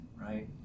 right